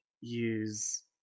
use